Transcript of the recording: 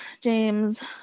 James